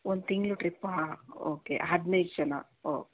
ಒಂದು ತಿಂಗಳು ಟ್ರಿಪ್ಪಾ ಓಕೆ ಹದಿನೈದು ಜನ ಓಕೆ ಓಕೆ